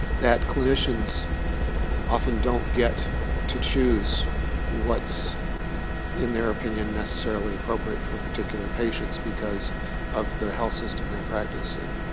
that clinicians often don't get to choose what's in their opinion necessarily appropriate for particular patients because of the health system they practice in.